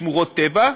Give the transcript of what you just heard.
שמורות טבע,